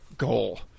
Goal